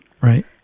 Right